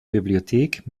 bibliothek